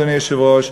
אדוני היושב-ראש,